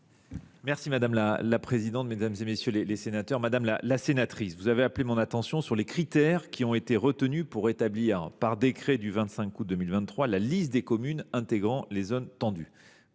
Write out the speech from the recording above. cette mesure ? La parole est à M. le ministre délégué. Madame la sénatrice, vous avez appelé mon attention sur les critères qui ont été retenus pour établir, par décret du 25 août 2023, la liste des communes intégrant les zones tendues.